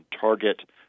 target